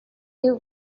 you